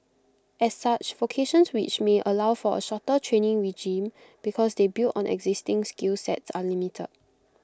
as such vocations which may allow for A shorter training regime because they build on existing skill sets are limited